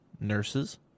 nurses